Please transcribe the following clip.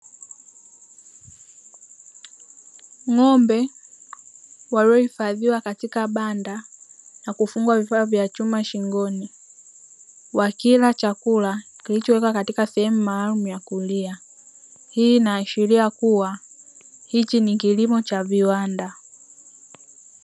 Ng'ombe wawili wakiwa katika banda na kufungwa vifaa vya chuma shingoni, wakila chakula kilichowekwa katika sehemu maalumu ya kulia. Hii inaashiria kuwa hichi ni kilimo cha viwanda.